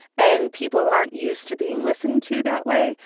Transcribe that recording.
and people aren't used to being listened to that way,